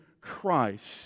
Christ